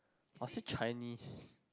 I'll say Chinese